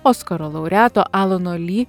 oskaro laureato alano ly